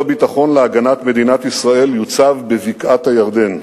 הביטחון להגנת מדינת ישראל יוצב בבקעת-הירדן,